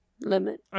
limit